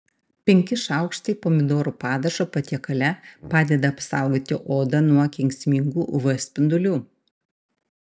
penki šaukštai pomidorų padažo patiekale padeda apsaugoti odą nuo kenksmingų uv spindulių